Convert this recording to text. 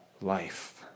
life